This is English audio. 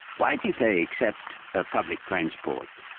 why did they accept public transport?